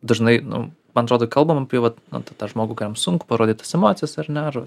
dažnai nu man atrodo kalbam apie vat nu tą žmogų kuriam sunku parodyt tas emocijas ar ne ar